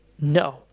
no